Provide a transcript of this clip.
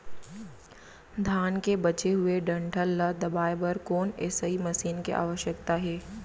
धान के बचे हुए डंठल ल दबाये बर कोन एसई मशीन के आवश्यकता हे?